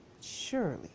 surely